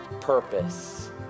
purpose